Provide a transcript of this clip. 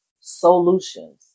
solutions